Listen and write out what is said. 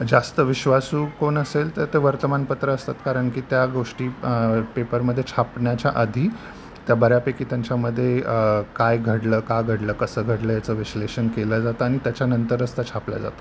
जास्त विश्वासू कोण असेल तर ते वर्तमानपत्र असतात कारण की त्या गोष्टी पेपरमध्ये छापण्याच्या आधी त्या बऱ्यापैकी त्यांच्यामध्ये काय घडलं का घडलं कसं घडलं याचं विश्लेषण केलं जातं आणि त्याच्यानंतरच त्या छापल्या जातात